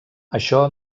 això